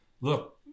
Look